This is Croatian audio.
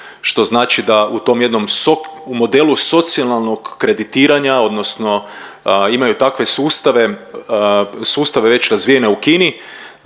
tom jednom sop u modelu socijalnog kreditiranja odnosno imaju takve sustave, sustave već razvijene u Kini